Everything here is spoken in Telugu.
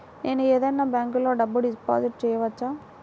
నేను ఏదైనా బ్యాంక్లో డబ్బు డిపాజిట్ చేయవచ్చా?